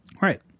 right